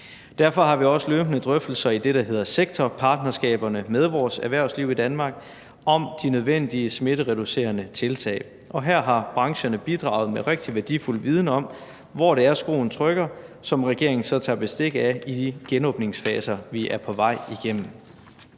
Derfor har vi også løbende drøftelser med vores erhvervsliv i Danmark i det, der hedder sektorpartnerskaberne, om de nødvendige smittereducerende tiltag. Her har brancherne bidraget med rigtig værdifuld viden om, hvor det er, skoen trykker, og det tager regeringen så bestik af i de genåbningsfaser, vi er på vej igennem.